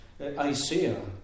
Isaiah